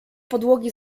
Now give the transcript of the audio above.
podłogi